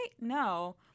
no